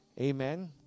Amen